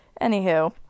Anywho